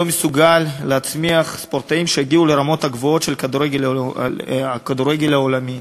לא מסוגל להצמיח ספורטאים שיגיעו לרמות הגבוהות של הכדורגל העולמי.